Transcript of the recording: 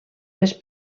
les